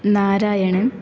Narayanan